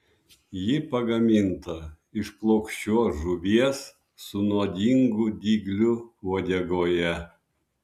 ji pagaminta iš plokščios žuvies su nuodingu dygliu uodegoje